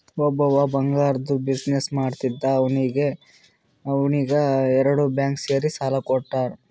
ಒಬ್ಬವ್ ಬಂಗಾರ್ದು ಬಿಸಿನ್ನೆಸ್ ಮಾಡ್ತಿದ್ದ ಅವ್ನಿಗ ಎರಡು ಬ್ಯಾಂಕ್ ಸೇರಿ ಸಾಲಾ ಕೊಟ್ಟಾರ್